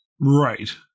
Right